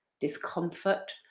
discomfort